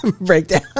breakdown